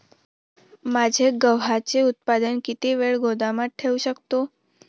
माझे गव्हाचे उत्पादन किती वेळ गोदामात ठेवू शकतो?